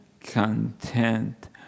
content